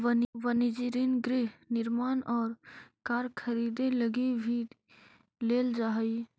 वनिजी ऋण गृह निर्माण और कार खरीदे लगी भी लेल जा हई